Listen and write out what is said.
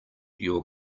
your